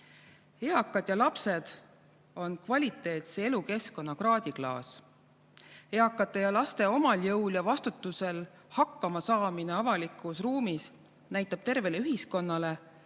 Eakad ja lapsed on kvaliteetse elukeskkonna kraadiklaas. Eakate ja laste omal jõul ja vastutusel hakkamasaamine avalikus ruumis näitab tervele ühiskonnale,